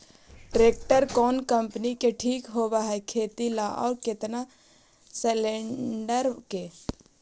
Tractor कोन company के ठीक होब है खेती ल औ केतना सलेणडर के?